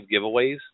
giveaways